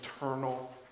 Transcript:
eternal